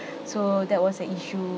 so that was a issue